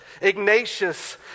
Ignatius